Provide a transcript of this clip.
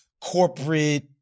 corporate